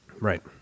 Right